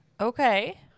Okay